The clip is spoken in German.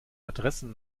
adressen